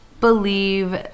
believe